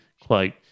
quote